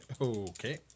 okay